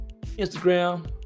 Instagram